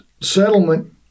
settlement